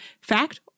fact